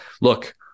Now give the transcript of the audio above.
look